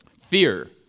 fear